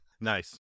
Nice